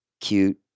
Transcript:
cute